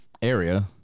Area